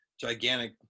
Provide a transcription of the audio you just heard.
gigantic